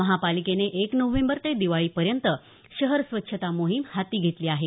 महापालिकेने एक नोव्हेंबर ते दिवाळीपर्यंत शहर स्वच्छता मोहिम हाती घेतली आहे